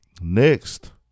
Next